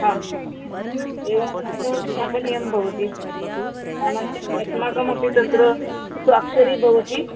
आम् एवं तत्र स्थापनीयं भवति अनन्तरम् अस्माकमपि तत्र स्वाक्षरी भवति